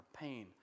pain